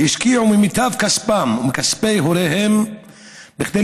השקיעו ממיטב כספם ומכספי הוריהם כדי